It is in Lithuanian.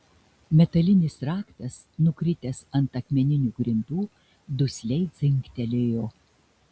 metalinis raktas nukritęs ant akmeninių grindų dusliai dzingtelėjo